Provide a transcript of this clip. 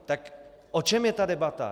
Tak o čem je ta debata?